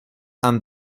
and